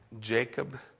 Jacob